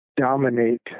dominate